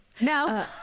No